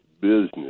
business